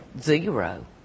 zero